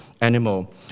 animal